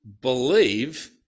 believe